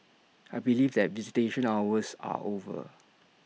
I believe that visitation hours are over